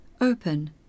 open